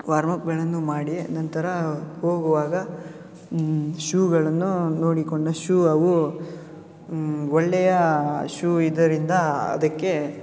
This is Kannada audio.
ವಾರ್ಮ್ಅಪ್ಗಳನ್ನು ಮಾಡಿ ನಂತರ ಹೋಗುವಾಗ ಶೂಗಳನ್ನು ನೋಡಿಕೊಂಡು ಶೂ ಅವು ಒಳ್ಳೆಯ ಶೂ ಇದರಿಂದ ಅದಕ್ಕೆ